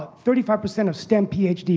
ah thirty five percent of stem phd's,